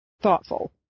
thoughtful